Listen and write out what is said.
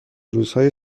روزهای